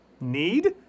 need